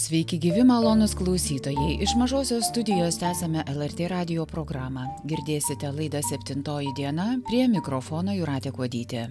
sveiki gyvi malonūs klausytojai iš mažosios studijos tęsiame lrt radijo programą girdėsite laidą septintoji diena prie mikrofono jūratė kuodytė